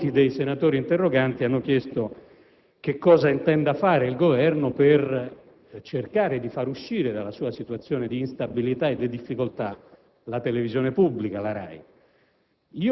Molti dei senatori interroganti hanno chiesto cosa intenda fare il Governo per cercare di far uscire dalla sua situazione di instabilità e di difficoltà la televisione pubblica, la RAI.